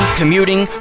commuting